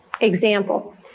Example